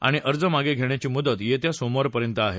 आणि अर्ज मागं घेण्याची मुदत येत्या सोमवारपर्यंत आहे